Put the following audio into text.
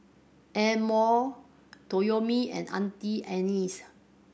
Amore Toyomi and Auntie Anne's